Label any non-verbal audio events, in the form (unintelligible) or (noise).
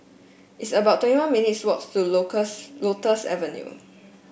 it's about twenty one minutes' walks to (unintelligible) Lotus Avenue